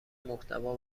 محتوا